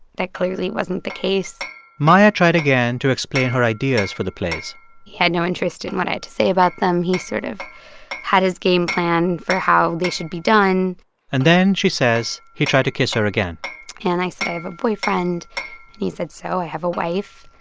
that clearly wasn't the case maia tried again to explain her ideas for the plays he had no interest in what i had to say about them. he sort of had his game plan for how they should be done and then, she says, he tried to kiss her again and i said, i have a boyfriend. and he said, so? i have a wife.